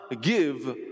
give